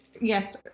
Yes